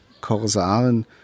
Korsaren